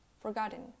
forgotten